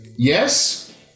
Yes